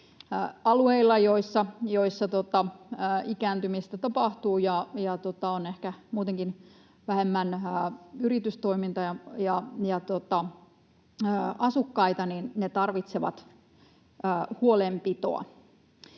alueet, joissa ikääntymistä tapahtuu ja on ehkä muutenkin vähemmän yritystoimintoja ja asukkaita, tarvitsevat huolenpitoa.